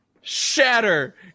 shatter